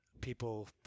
people